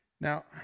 Now